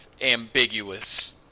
ambiguous